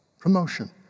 promotion